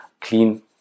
clean